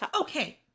Okay